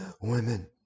women